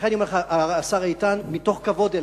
ולכן אני אומר לך, השר איתן, מתוך כבוד אליך,